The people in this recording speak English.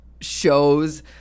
shows